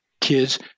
kids